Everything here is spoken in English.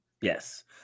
Yes